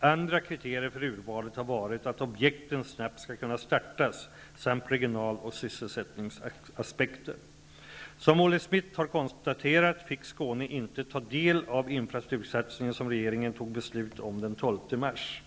Andra kriterier för urvalet har varit att objekten snabbt skall kunna startas samt regional och sysselsättningsaspekter. Som Olle Schmidt har konstaterat fick Skåne inte ta del av infrastruktursatsningen som regeringen tog beslut om den 12 mars.